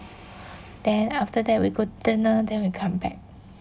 then after that we go dinner then we come back